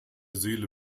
seele